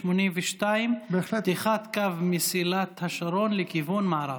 מס' 82: פתיחת קו מסילת השרון לכיוון מערב.